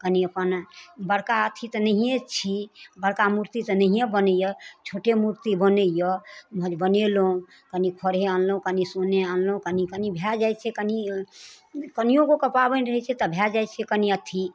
कनी अपन बड़का अथी तऽ नहिये छी बड़का मूर्ति तऽ नहिये बनैय छोटे मूर्ति बनैय महज बनेलहुँ कनी खड़हे आनलहुँ कनी सोने आनलहुँ कनी कनी भए जाइ छै कनी कनियो कऽ कऽ पाबनि रहै छै तऽ भए जाइ छै कनी अथी